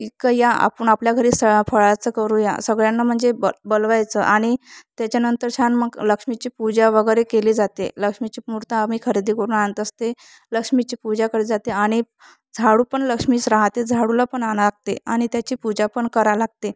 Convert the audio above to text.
एक या आपण आपल्या घरीच फराळाचं करूया सगळ्यांना म्हणजे ब बोलवायचं आणि त्याच्यानंतर छान मग लक्ष्मीची पूजा वगैरे केली जाते लक्ष्मीची मूर्ती आम्ही खरेदी करून आणत असते लक्ष्मीची पूजा केली जाते आणि झाडू पण लक्ष्मीच राहते झाडूला पण आणावे लागते आणि त्याची पूजा पण करावी लागते